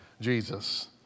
Jesus